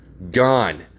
Gone